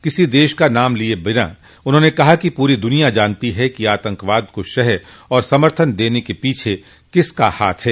किसी देश का नाम लिये बिना उन्होंने कहा कि पूरी द्निया जानती है कि आतंकवाद को शह और समर्थन देने के पीछे किसका हाथ है